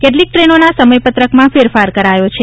કેટલીક ટ્રેનોના સમયપત્રકમાં ફેરફાર કરાયો છે